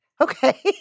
Okay